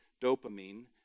dopamine